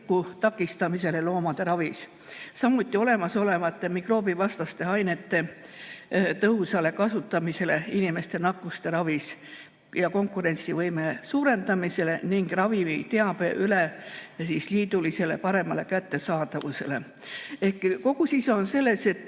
takistamisele loomade ravis, samuti olemasolevate mikroobivastaste ainete tõhusale kasutamisele inimeste nakkuste ravis ja konkurentsivõime suurendamisele ning ravimiteabe paremale üleliidulisele kättesaadavusele. Ehk kogu sisu on selles, et